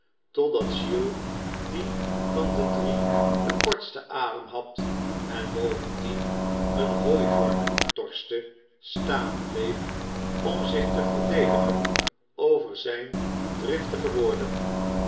totdat giles die van de drie den koristen adem had en bovendien een hooivork torste staan bleef om zich te verdedigen over zijne driftige woorden